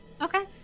Okay